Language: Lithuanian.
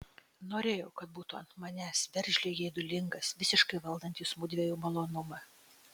norėjau kad būtų ant manęs veržliai geidulingas visiškai valdantis mudviejų malonumą